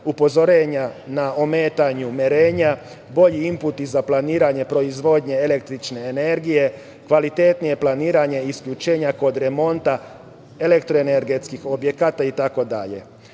upozorenja na ometanju merenja, bolji imputi za planiranje proizvodnje električne energije, kvalitetnije planiranje isključenja kod remonta elektroenergetskih objekata